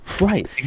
Right